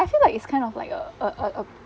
I feel like it's kind of like a a a a